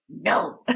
no